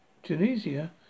Tunisia